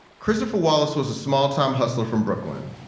christopher wallace was a smalltime hustler from brooklyn.